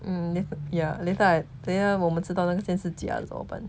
um ya later I 等一下我们知道拿一些是假的怎么办